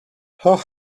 hoooo